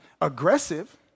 aggressive